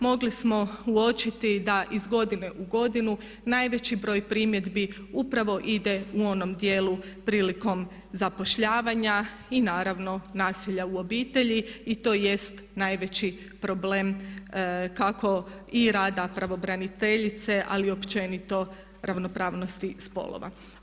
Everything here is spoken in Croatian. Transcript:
Mogli smo uočiti da iz godine u godinu najveći broj primjedbi upravo ide u onom dijelu prilikom zapošljavanja i naravno nasilja u obitelji i to jest najveći problem kako i rada pravobraniteljice ali i općenito ravnopravnosti spolova.